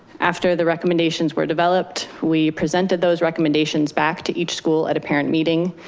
after the recommendations were developed, we presented those recommendations back to each school at a parent meeting,